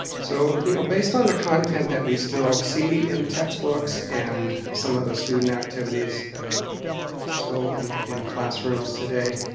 so you know based on the content that we still see in textbooks and some of the student activities that are still in in classrooms today,